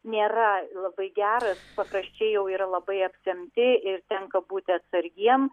nėra labai geras pakraščiai jau yra labai apsemti ir tenka būti atsargiem